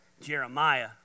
Jeremiah